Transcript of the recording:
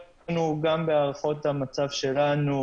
גם בהערכות המצב שלנו,